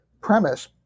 premise